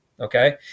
okay